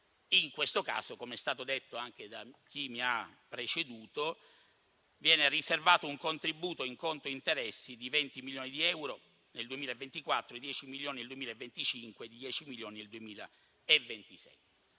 In questo caso, come è stato detto anche da chi mi ha preceduto, viene riservato un contributo in conto interessi di 20 milioni di euro nel 2024, di 10 milioni nel 2025 e di 10 milioni nel 2020.